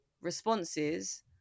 responses